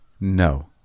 No